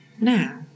now